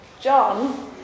John